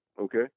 okay